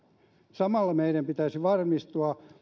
samalla meidän pitäisi varmistua